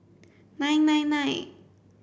nine nine nine